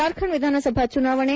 ಜಾರ್ಖಂಡ್ ವಿಧಾನಸಭಾ ಚುನಾವಣೆ